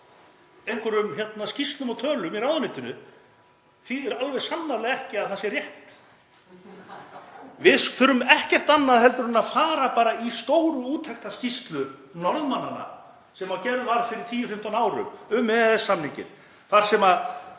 einhverjum skýrslum og tölum í ráðuneytinu þýðir sannarlega ekki að það sé rétt. Við þurfum ekkert annað heldur en að fara bara í stóru úttektarskýrslu Norðmannanna sem gerð var fyrir 10–15 árum um EES-samninginn þar sem